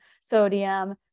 sodium